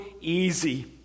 easy